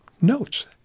notes